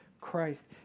Christ